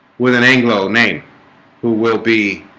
with an anglo name who will be